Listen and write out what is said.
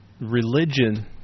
religion